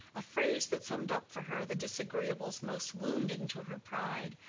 a phrase that summed up for her the disagreeables most wounding to her pride,